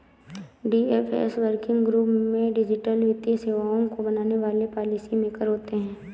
DFS working group में digital वित्तीय सेवाओं को बनाने वाले पॉलिसी मेकर होते हैं